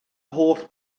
holl